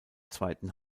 zweiten